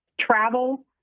travel